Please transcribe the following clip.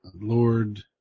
Lord